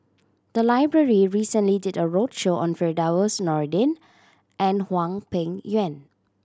the library recently did a roadshow on Firdaus Nordin and Hwang Peng Yuan